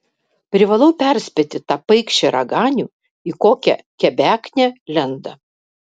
privalau perspėti tą paikšį raganių į kokią kebeknę lenda